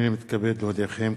הנני מתכבד להודיעכם,